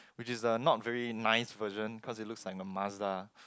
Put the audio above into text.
which is a not very nice version cause it look like a Mazda